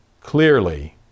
clearly